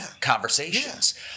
conversations